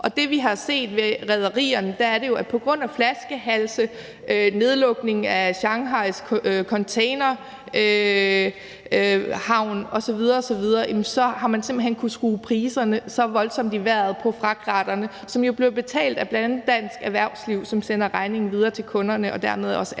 Og det, vi har set med rederierne, er jo, at man på grund af flaskehalse, nedlukningen af Shanghais containerhavn osv. osv. simpelt hen har kunnet skrue priserne så voldsomt i vejret på fragtraterne, som bliver betalt af bl.a. dansk erhvervsliv, som sender regningen videre til kunderne og dermed til os alle